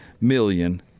million